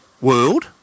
world